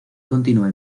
continúa